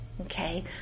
Okay